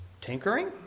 tinkering